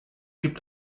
gibt